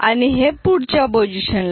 आणि हे पुढच्या पोझिशन ला जाईल